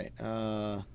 right